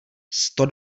sto